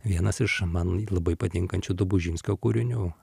vienas iš man labai patinkančių dobužinskio kūrinių